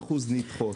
80% נדחות.